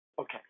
Okay